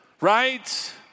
right